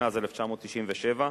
התשנ"ז 1997,